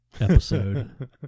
episode